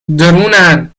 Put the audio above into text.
درونن